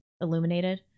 illuminated